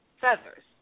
feathers